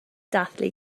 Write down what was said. dathlu